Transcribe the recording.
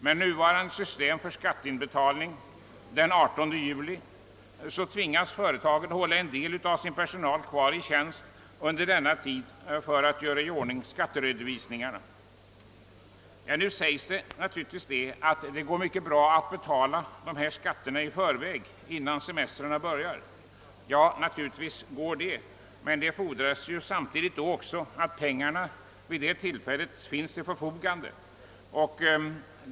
Med nuvarande system, enligt vilket skatten skall inbetalas senast den 18 juli, tvingas företagen hålla en del av personalen kvar i tjänst under denna tid för att göra i ordning skatteredovisningarna. Nu sägs det naturligtvis att det går mycket bra att betala dessa skatter i förväg innan semestrarna börjar. Ja, naturligtvis går det, men det fordras då också att pengarna finns till förfogande vid detta tillfälle.